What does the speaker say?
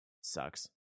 Sucks